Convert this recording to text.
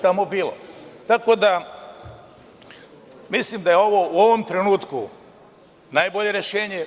Tako da, mislim da je ovo u ovom trenutku najbolje rešenje.